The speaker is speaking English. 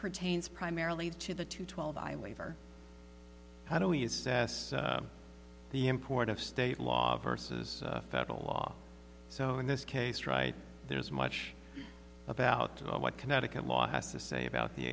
pertains primarily to the two twelve i leave or how do we assess the import of state law versus federal law so in this case right there is much about what connecticut law has to say about the